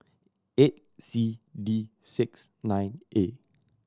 eight C D six nine A